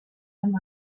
amb